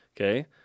Okay